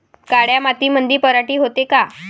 काळ्या मातीमंदी पराटी होते का?